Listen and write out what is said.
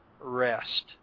rest